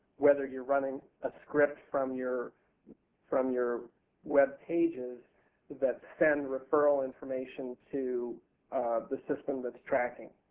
whether youire running a script from your from your web pages that send referral information to the system thatis tracking.